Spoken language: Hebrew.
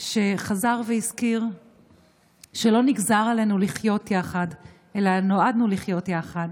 שחזר והזכיר שלא נגזר עלינו לחיות יחד אלא נועדנו לחיות יחד.